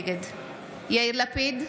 נגד יאיר לפיד,